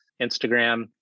Instagram